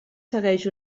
segueix